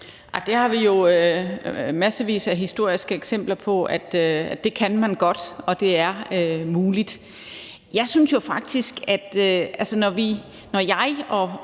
Vi har jo massevis af historiske eksempler på, at det kan man godt, og at det er muligt. Når jeg og